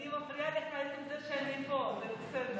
אני מפריעה לך בזה שאני פה, זה בסדר.